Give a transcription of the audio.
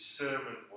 sermon